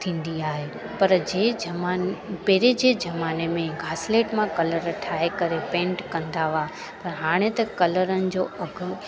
थींदी आहे पर जंहिं ज़माने पहिरें जे ज़माने में घासलेट मां कलर ठाहे करे पेंट कंदा हुआ पर हाणे त कलरनि जो अघु